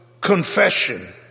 confession